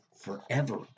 forever